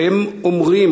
והם אומרים,